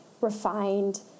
refined